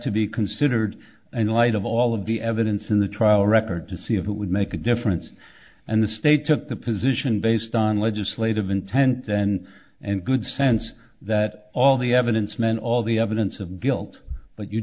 to be considered in light of all of the evidence in the trial record to see if it would make a difference and the state took the position based on legislative intent then and good sense that all the evidence meant all the evidence of guilt but you